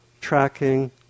tracking